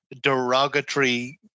derogatory